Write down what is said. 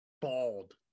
Bald